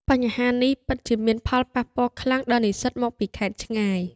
បញ្ហានេះពិតជាមានផលប៉ះពាល់ខ្លាំងដល់និស្សិតមកពីខេត្តឆ្ងាយ។